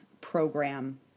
program